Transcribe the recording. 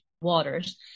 waters